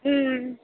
ம் ம்